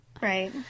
Right